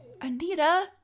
Anita